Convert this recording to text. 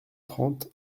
trente